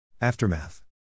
Aftermath